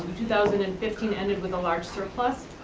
two thousand and fifteen ended with a large surplus,